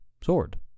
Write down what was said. sword